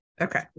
okay